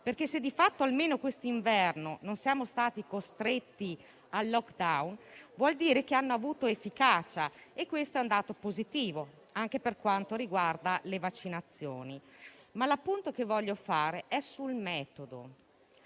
perché, se di fatto almeno quest'inverno non siamo stati costretti a *lockdown*, vuol dire che hanno avuto efficacia; e questo è un dato positivo, anche per quanto riguarda le vaccinazioni. L'appunto che voglio fare è sul metodo.